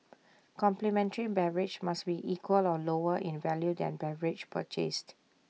complimentary beverage must be equal or lower in value than beverage purchased